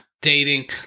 dating